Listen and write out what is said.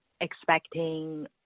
expecting